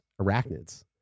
arachnids